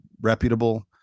reputable